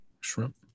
shrimp